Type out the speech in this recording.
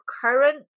current